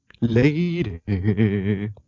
Lady